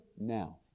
now